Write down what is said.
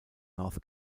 north